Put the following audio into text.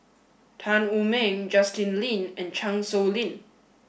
Tan Wu Meng Justin Lean and Chan Sow Lin